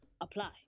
apply